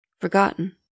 forgotten